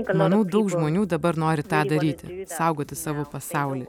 manau daug žmonių dabar nori tą daryti saugoti savo pasaulį